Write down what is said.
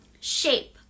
shape